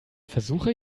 versuche